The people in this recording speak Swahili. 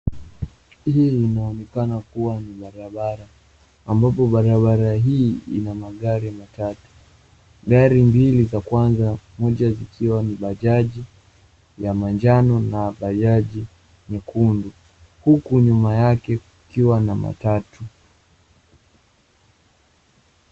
Hili linaonekana kuwa ni barabara ambapo barabara hili lina magari matatu, gari mbili za kwanza moja likiwa ni {cs}bajaji {cs} ya manjano na {cs} bajaji{cs} nyekundu huku nyuma yake ikiwa na matatu.